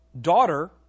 daughter